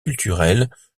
culturels